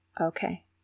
Okay